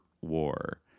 war